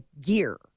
gear